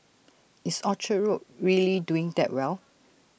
is Orchard road really doing that well